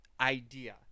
idea